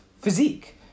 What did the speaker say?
physique